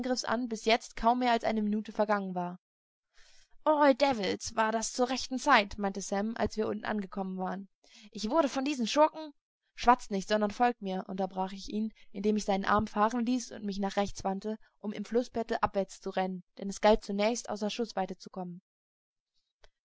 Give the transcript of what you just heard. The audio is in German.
an bis jetzt kaum mehr als eine minute vergangen war all devils war das zur rechten zeit meinte sam als wir unten angekommen waren ich wurde von diesen schurken schwatzt nicht sondern folgt mir unterbrach ich ihn indem ich seinen arm fahren ließ und mich nach rechts wandte um im flußbette abwärts zu rennen denn es galt zunächst außer schußweite